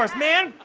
um man!